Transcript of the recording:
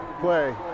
play